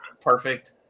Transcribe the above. perfect